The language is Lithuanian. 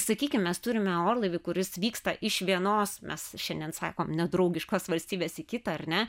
sakykim mes turime orlaivį kuris vyksta iš vienos mes šiandien sakom nedraugiškos valstybės į kitą ar ne